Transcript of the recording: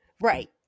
Right